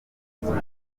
ubuzima